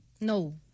No